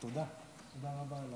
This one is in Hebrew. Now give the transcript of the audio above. תודה רבה,